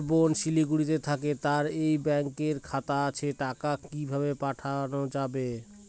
আমার বোন শিলিগুড়িতে থাকে তার এই ব্যঙকের খাতা আছে টাকা কি ভাবে পাঠানো যাবে?